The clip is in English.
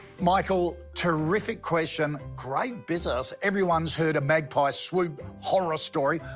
michael, terrific question, great business. everyone has heard a magpie swoop horror story.